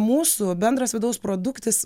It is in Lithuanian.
mūsų bendras vidaus produktas